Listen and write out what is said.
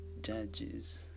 Judges